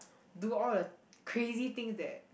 do all the crazy things that